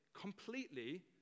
completely